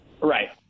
Right